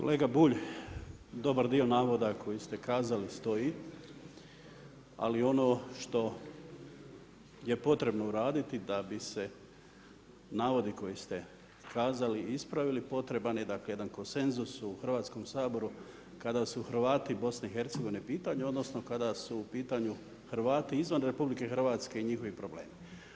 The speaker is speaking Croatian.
Kolega Bulj, dobar dio navoda koji ste kazali stoji, ali ono što je potrebno uraditi da bi se navodi koje ste naveli ispravili, potreban jedan konsenzus u Hrvatskom saboru kada su Hrvati BiH u pitanju odnosno kada su u pitanju Hrvati izvan RH i njihovi problemi.